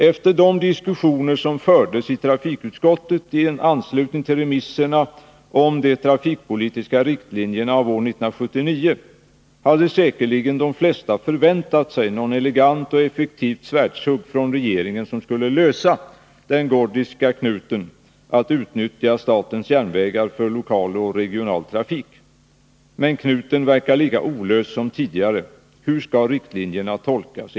Efter de diskussioner som fördes i trafikutskottet i anslutning till remisserna om de trafikpolitiska riktlinjerna av år 1979 hade säkerligen de flesta förväntat sig något elegant och effektivt svärdshugg från regeringen som skulle lösa den gordiska knuten att utnyttja Statens Järnvägar för lokal och regional trafik. Men knuten verkar lika olöst som tidigare. Hur skall riktlinjerna tolkas?